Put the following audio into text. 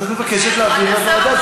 אז את מבקשת להעביר לוועדה.